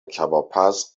کبابپز